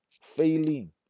failing